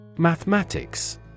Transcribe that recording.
Mathematics